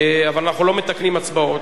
אבל אנחנו לא מתקנים הצבעות.